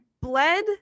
bled